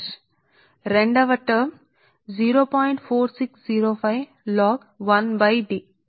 కాబట్టి అది అలా ఉంటే అది ఆపితే మీకు ఇది ఉంటే మీరు కలిగి ఉంటే అందువల్ల మనం చూశాము λ ని మీరు దీనిని పిలుస్తారు λ 0